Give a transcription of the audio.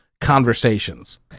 conversations